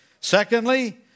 Secondly